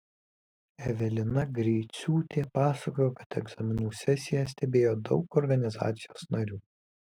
evelina greiciūtė pasakojo kad egzaminų sesiją stebėjo daug organizacijos narių